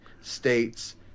states